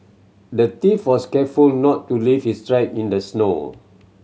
the thief was careful not to leave his track in the snow